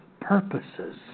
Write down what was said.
purposes